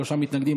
שלושה מתנגדים,